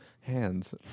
hands